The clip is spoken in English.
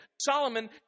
Solomon